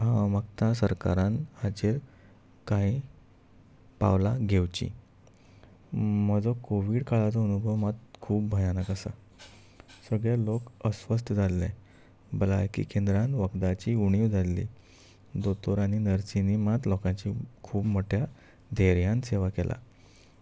हांव म्हाकत सरकारान हाचेर कांय पावलां घेवचीं म्हजो कोवीड काळाचो अनुभव मात खूब भयानक आसा सगळे लोक अस्वस्थ जाल्ले भलायकी केंद्रान वखदाची उणीव जाल्ली दोतोर आनी नर्सींनी मात लोकांची खूब मोठ्या धैर्यान सेवा केला